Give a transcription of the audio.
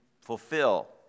fulfill